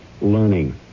learning